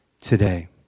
today